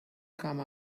come